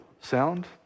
sound